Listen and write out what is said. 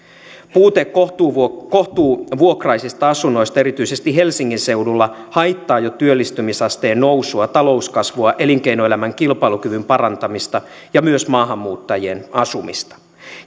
puute kohtuuvuokraisista kohtuuvuokraisista asunnoista erityisesti helsingin seudulla haittaa jo työllistymisasteen nousua talouskasvua elinkeinoelämän kilpailukyvyn parantamista ja myös maahanmuuttajien asumista